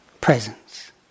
Presence